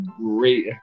great